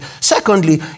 Secondly